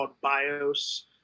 BIOS